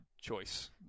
choice